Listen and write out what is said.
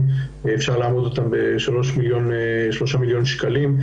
אפשר לאמוד אותם בשלושה מיליון שקלים.